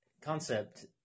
concept